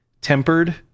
tempered